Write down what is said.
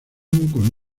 con